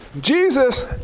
Jesus